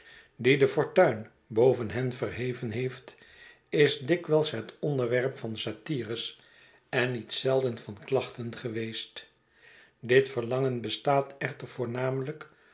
die de fortuin boven hen verheven heeft is dikwijlshet onderwerp van satires en niet zelden van klachten geweest dit verlangen bestaat echter voornamelijk